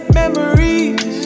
memories